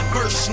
First